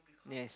yes